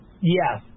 Yes